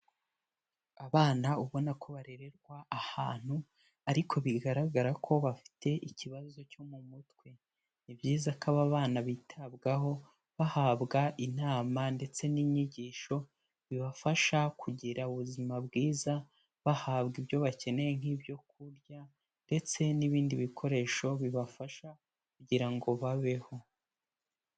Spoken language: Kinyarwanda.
aAbana ubona ko barererwa ahantu, ariko bigaragara ko bafite ikibazo cyo mu mutwe. Ni byiza ko aba bana bitabwaho bahabwa inama ndetse n'inyigisho bibafasha kugira ubuzima bwiza, bahabwa ibyo bakeneye nk'ibyo kurya ndetse n'ibindi bikoresho bibafasha kugira ngo babeho.